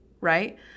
right